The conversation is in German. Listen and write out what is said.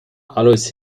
alois